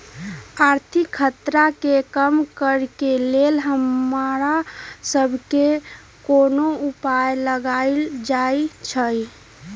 आर्थिक खतरा के कम करेके लेल हमरा सभके कोनो उपाय लगाएल जाइ छै